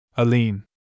Aline